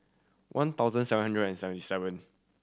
one thousand seven hundred and seventy seven